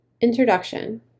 Introduction